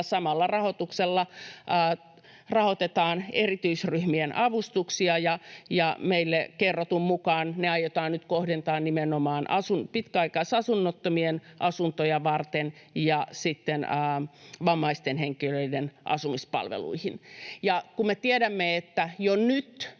samalla rahoituksella rahoitetaan erityisryhmien avustuksia. Meille kerrotun mukaan ne aiotaan nyt kohdentaa nimenomaan pitkäaikaisasunnottomien asuntoja varten ja vammaisten henkilöiden asumispalveluihin. Ja me tiedämme, että jo nyt